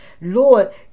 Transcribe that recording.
Lord